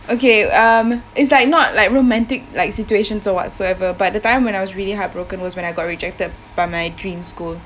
okay um it's like not like romantic like situations or whatsoever but the time when I was really heartbroken was when I got rejected by my dream school